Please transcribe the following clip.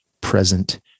present